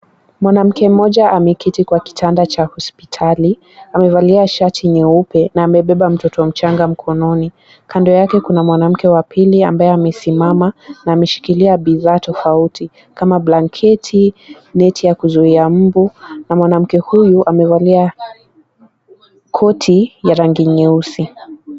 Mwanamke mmoja ameketi kwa kitanda cha hospitali. Amevalia shati nyeupe na amebeba mtoto mchanga mkononi. Kando yake kuna mwanamke wa pili ambaye amesimama na ameshikilia bidhaa tofauti kama blanketi, neti ya kuzuia mbu, na mwanamke huyu amevalia koti ya rangi nyeusi.